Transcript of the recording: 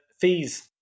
fees